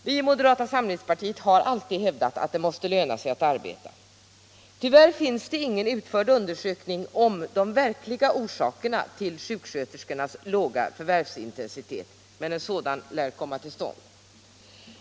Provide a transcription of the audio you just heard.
Vi i moderata samlingspartiet har alltid hävdat att det måste löna sig att arbeta. Tyvärr finns det ingen undersökning utförd om de verkliga orsakerna till sjuksköterskornas låga förvärvsintensitet, men en sådan lär komma till stånd.